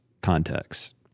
context